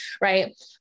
right